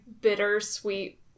bittersweet